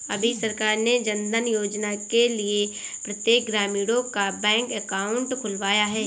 अभी सरकार ने जनधन योजना के लिए प्रत्येक ग्रामीणों का बैंक अकाउंट खुलवाया है